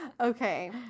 okay